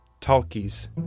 Talkies